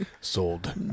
sold